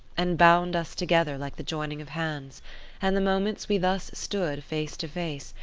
and bound us together like the joining of hands and the moments we thus stood face to face,